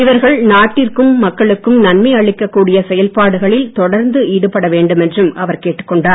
இவர்கள் நாட்டிற்கும் மக்களுக்கும் நன்மை அளிக்க கூடிய செயல்பாடுகளில் தொடர்ந்து ஈடுபட வேண்டும் என்றும் அவர் கேட்டுக் கொண்டார்